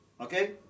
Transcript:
okay